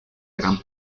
eran